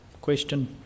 question